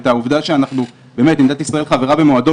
את העובדה שבאמת מדינת ישראל חברה במועדון